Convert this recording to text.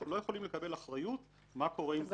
אנחנו לא יכולים לקבל אחריות מה קורה עם זה אחרי זה.